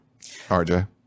RJ